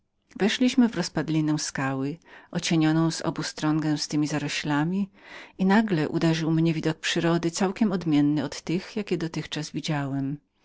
weszliśmy w rozpadlinę skały ocienioną z obu stron gęstemi zaroślami i nagle uderzył mnie widok przyrody całkiem odmienny od tych jakie dotychczas widziałem